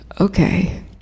Okay